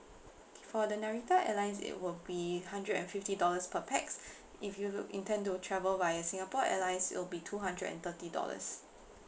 for the narita airlines it will be hundred and fifty dollars per pax if you look intend to travel via singapore airlines it'll be two hundred and thirty dollars